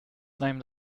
named